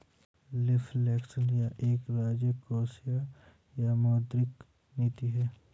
reflection यह एक राजकोषीय या मौद्रिक नीति है